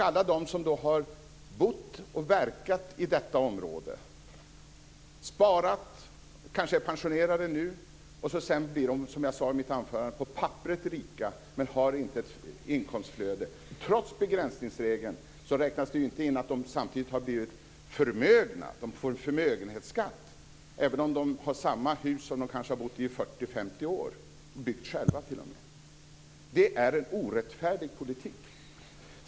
Alla de som då har bott och verkat i detta område, sparat och nu kanske är pensionerade blir, som jag sade i mitt anförande, rika på papperet men har inte ett inkomstflöde. Trots begränsningsregeln räknas det inte in att de samtidigt har blivit förmögna och får en förmögenhetsskatt, även om de har samma hus som de kanske har bott i 40-50 år och t.o.m. byggt själva. Det är en orättfärdig politik.